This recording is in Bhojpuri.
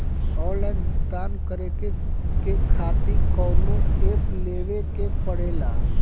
आनलाइन भुगतान करके के खातिर कौनो ऐप लेवेके पड़ेला?